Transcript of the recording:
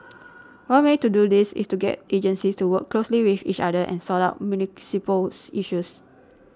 one way to do this is to get agencies to work closely with each other and sort out municipals issues